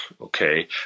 okay